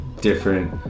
different